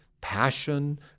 passion